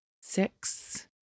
six